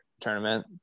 tournament